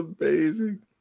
amazing